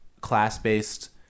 class-based